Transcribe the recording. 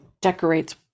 decorates